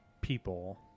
people